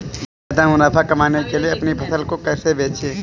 ज्यादा मुनाफा कमाने के लिए अपनी फसल को कैसे बेचें?